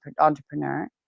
entrepreneur